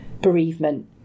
bereavement